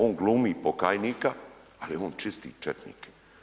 On glumi pokajnika, ali je on čisti četnik.